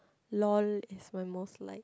lol is my most liked